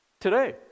today